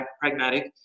pragmatic